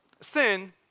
sin